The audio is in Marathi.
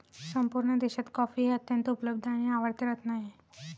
संपूर्ण देशात कॉफी हे अत्यंत उपलब्ध आणि आवडते रत्न आहे